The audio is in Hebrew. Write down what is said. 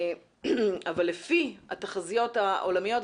לפי התחזיות העולמיות,